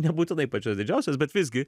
nebūtinai pačias didžiausias bet visgi